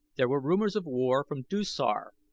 there were rumors of war from dusar.